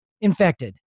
infected